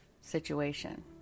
situation